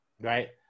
right